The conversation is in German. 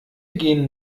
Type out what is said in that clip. gehen